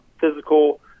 physical